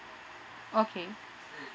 okay